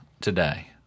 today